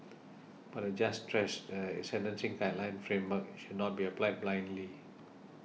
but the judge stressed that the sentencing guideline framework should not be applied blindly